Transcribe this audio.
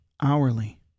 hourly